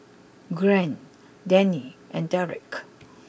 Gwen Deneen and Derick